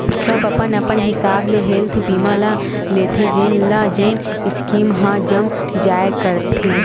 सब अपन अपन हिसाब ले हेल्थ बीमा ल लेथे जेन ल जेन स्कीम ह जम जाय करथे